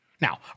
Now